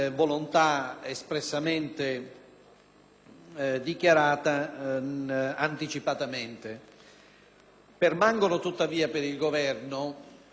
Permangono tuttavia per il Governo ragioni che lo portano ad esprimere un parere contrario, tra le quali rilevo